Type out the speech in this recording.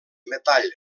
metall